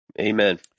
Amen